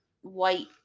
white